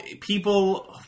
people